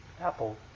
apple